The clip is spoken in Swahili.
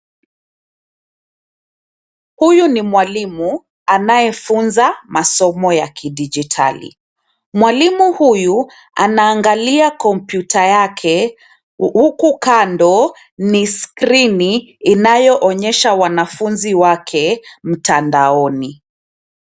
Huyu ni mwalimu anayefunza masomo ya kidijitali. Mwalimu huyu anaangalia wanafunzi wake, huku kando ni skrini inayoonyesha wanafunzi wake mtandaoni.